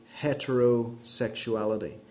heterosexuality